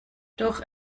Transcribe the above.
doch